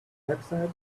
dioxide